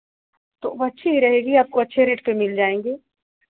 तो वह अच्छी ही रहेगी आपको अच्छे रेट पर मिल जाएँगे